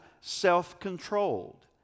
self-controlled